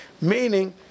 Meaning